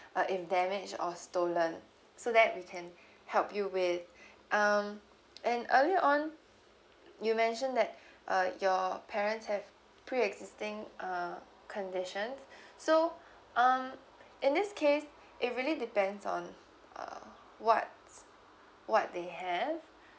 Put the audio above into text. uh if damaged or stolen so that we can help you with um and earlier on you mentioned that uh your parents have pre-existing a conditions so um in this case it really depends on uh what's what they have